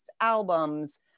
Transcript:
albums